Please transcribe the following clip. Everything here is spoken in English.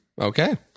Okay